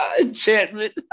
Enchantment